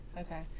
Okay